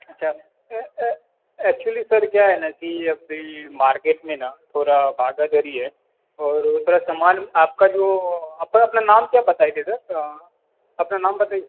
अच्छा actually sir क्या है ना कि अभी मार्केट में ना थोड़ा भागा दौड़ी है और उस तरह समान आपका जो अपन अपना नाम क्या बताए थे सर अपना नाम बताइए